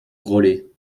grollet